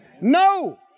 No